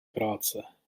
práce